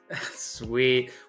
Sweet